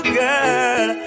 girl